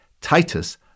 Titus